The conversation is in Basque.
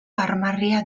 armarria